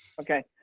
Okay